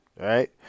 right